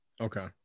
Okay